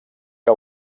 que